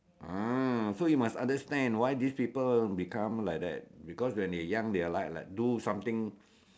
ah so you must understand why these people become like that because when they young they are like like do something